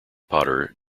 potter